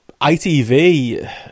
ITV